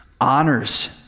honors